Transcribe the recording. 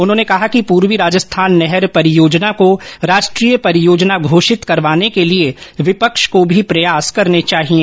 उन्होंने कहा कि पूर्वी राजस्थान नहर परियोजना को राष्ट्रीय परियोजना घोषित करवाने के लिए विपक्ष को भी प्रयास करने चाहिए